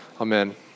Amen